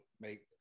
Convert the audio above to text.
make